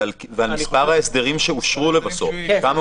ועל מספר ההסדרים שאושרו לבסוף - כמה